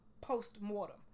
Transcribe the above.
post-mortem